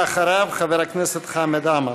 ואחריו, חבר הכנסת חמד עמאר.